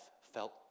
felt